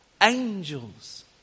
Angels